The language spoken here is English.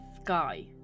sky